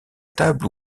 table